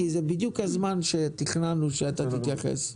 כי זה בדיוק הזמן שתכננו שאתה תתייחס.